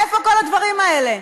איפה כל הדברים האלה?